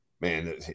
man